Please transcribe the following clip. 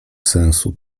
sensu